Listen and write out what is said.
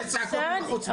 שמעתי צעקות.